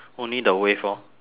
only the wave lor